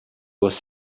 was